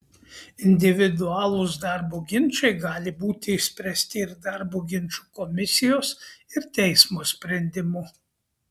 individualūs darbo ginčai gali būti išspręsti ir darbo ginčų komisijos ir teismo sprendimu